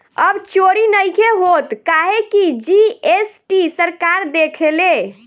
अब चोरी नइखे होत काहे की जी.एस.टी सरकार देखेले